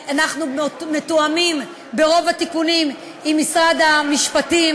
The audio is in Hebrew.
אנחנו מתואמים ברוב התיקונים עם משרד המשפטים.